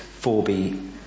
4b